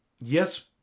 Yes